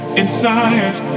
inside